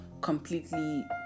completely